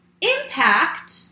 impact